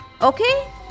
okay